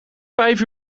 vijf